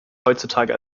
heutzutage